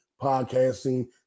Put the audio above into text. podcasting